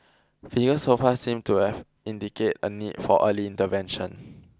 figures so far seem to have indicate a need for early intervention